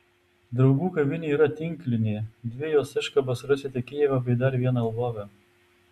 draugų kavinė yra tinklinė dvi jos iškabas rasite kijeve bei dar vieną lvove